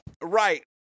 Right